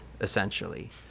essentially